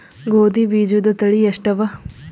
ಗೋಧಿ ಬೀಜುದ ತಳಿ ಎಷ್ಟವ?